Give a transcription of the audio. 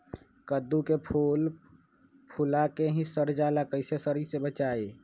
कददु के फूल फुला के ही सर जाला कइसे सरी से बचाई?